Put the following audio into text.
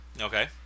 okay